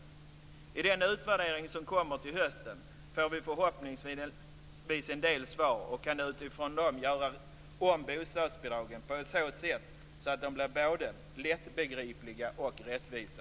I den utvärdering som kommer till hösten får vi förhoppningsvis en del svar och kan utifrån dem göra om bostadsbidragen på ett sådant sätt att de både blir lättbegripliga och rättvisa.